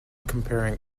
comparing